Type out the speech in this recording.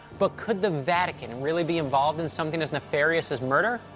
but could the vatican really be involved in something as nefarious as murder?